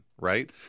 Right